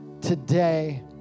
today